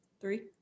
three